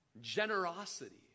generosity